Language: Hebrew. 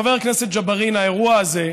חבר הכנסת ג'בארין, האירוע הזה,